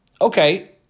okay